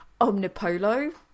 omnipolo